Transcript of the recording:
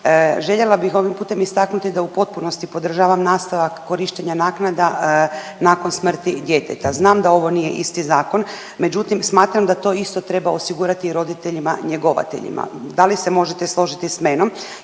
Željela bih ovim putem istaknuti da u potpunosti podržavam nastavak korištenja naknada nakon smrti djeteta. Znam da ovo nije isti zakon, međutim smatram da to isto treba osigurati roditeljima njegovateljima. Da li se možete složiti s menom